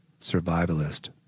survivalist